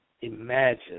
imagine